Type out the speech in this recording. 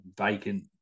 vacant